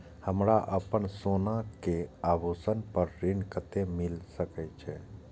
हमरा अपन सोना के आभूषण पर ऋण कते मिल सके छे?